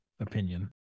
opinion